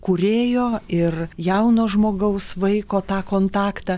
kūrėjo ir jauno žmogaus vaiko tą kontaktą